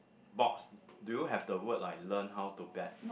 box do you have the word like learn how to bet